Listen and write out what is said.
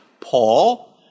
Paul